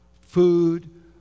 food